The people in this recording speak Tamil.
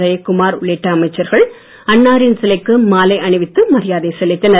ஜெயக்குமார் உள்ளிட்ட அமைச்சர்கள் அன்னாரின் சிலைக்கு மாலை அணிவித்து மரியாதை செலுத்தினர்